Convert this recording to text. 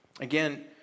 Again